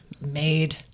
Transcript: made